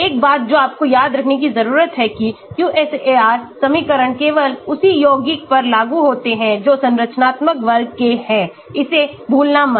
एक बात जो आपको याद रखने की जरूरत है कि QSAR समीकरण केवल उसी यौगिकों पर लागू होते हैं जो संरचनात्मक वर्ग के हैं इसे भूलना मत